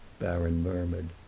baron murmured.